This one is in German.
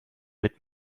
mit